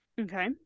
okay